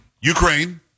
Ukraine